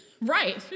Right